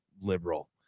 liberal